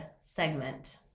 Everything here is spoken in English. segment